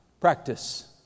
Practice